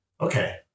Okay